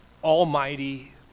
Almighty